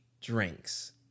drinks